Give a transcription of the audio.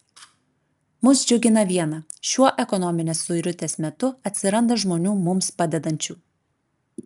mus džiugina viena šiuo ekonominės suirutės metu atsiranda žmonių mums padedančių